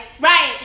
right